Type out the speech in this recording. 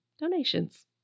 donations